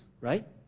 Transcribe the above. right